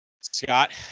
Scott